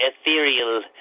ethereal